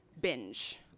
binge